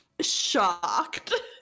shocked